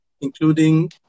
including